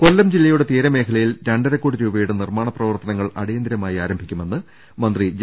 കൊല്ലം ജില്ലയുടെ തീരമേഖലയിൽ രണ്ടര കോടി രൂപയുടെ നിർമാണ പ്രവർത്തനങ്ങൾ അടിയന്തരമായി ആരംഭിക്കുമെന്ന് മന്ത്രി ജെ